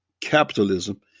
capitalism